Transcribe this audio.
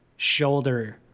shoulder